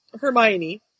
Hermione